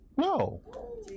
No